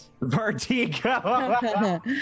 Vertigo